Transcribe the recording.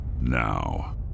now